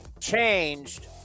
changed